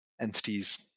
entities